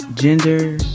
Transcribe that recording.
Gender